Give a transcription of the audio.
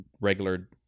regular